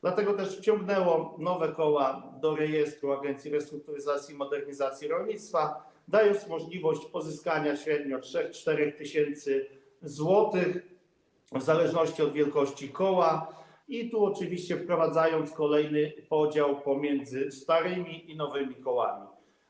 Dlatego też wciągnęło ono nowe koła do rejestru Agencji Restrukturyzacji i Modernizacji Rolnictwa, dając możliwość pozyskania średnio 3–4 tys. zł, w zależności od wielkości koła, i tu oczywiście wprowadzając kolejny podział pomiędzy starymi i nowymi kołami.